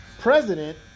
president